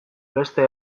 beste